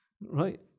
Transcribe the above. right